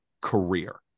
career